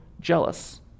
jealous